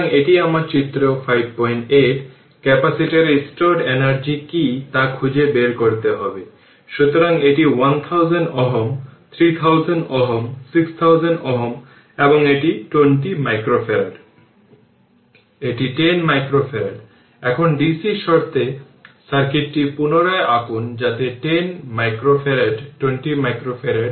সুতরাং সেই ক্ষেত্রে প্রকৃতপক্ষে এই 2টি জিনিস যদি সার্কিটটি এভাবে আঁকে যে 02 হেনরি এবং এই ইকুইভ্যালেন্ট রেজিস্টর 1 Ω এবং এটি হল i L মানে কারেন্ট প্রবাহিত হচ্ছে iL এভাবে তাই এবং এটি এই প্যারালাল ইকুইভ্যালেন্ট হল 1 Ω যে সার্কিটটি আমি আঁকলাম না কিন্তু শুধু দেখাচ্ছে এবং এটি হল 02 Ω হেনরি এবং i L আমরা এভাবে নিয়েছি